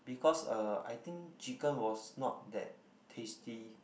because uh I think chicken was not that tasty